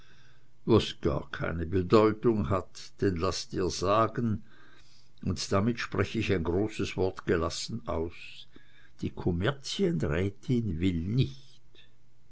was gar keine bedeutung hat denn laß dir sagen und damit sprech ich ein großes wort gelassen aus die kommerzienrätin will nicht